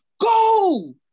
go